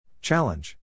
Challenge